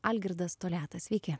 algirdas toliatas sveiki